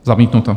Zamítnuto.